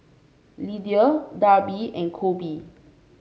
Lidia Darby and Coby